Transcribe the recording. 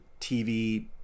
TV